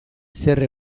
zer